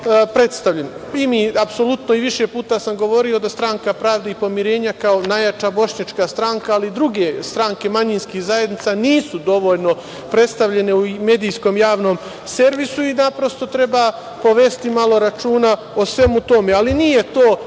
predstavljen i više puta sam govorio da Stranka pravde i pomirenja kao najjača bošnjačka stranka, ali i druge stranke manjinskih zajednica nisu dovoljno predstavljene u Medijskom javnom servisu i treba povesti malo računa o svemu tome,